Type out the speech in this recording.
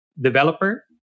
developer